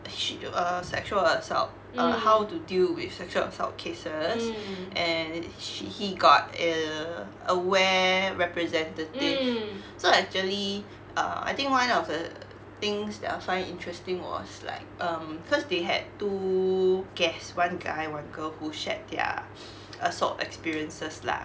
sh~ err sexual assault err how to deal with sexual assault cases and she he got err aware representative so actually err I think one of the things that I find interesting was like um cause they had two guests one guy one girl who shared their assault experiences lah